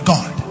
God